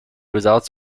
without